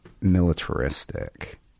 militaristic